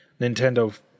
Nintendo